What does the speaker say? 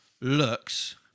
looks